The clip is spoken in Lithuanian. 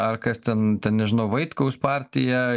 ar kas ten nežinau vaitkaus partija